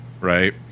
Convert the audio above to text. right